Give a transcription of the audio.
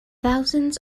thousands